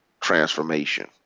transformation